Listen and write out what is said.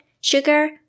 sugar